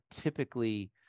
typically